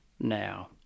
now